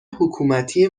حکومتی